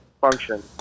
Function